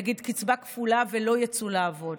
נגיד, קצבה כפולה ולא יצאו לעבוד.